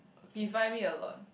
he inspire me a lot